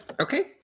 Okay